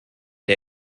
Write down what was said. der